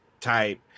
type